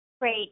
Great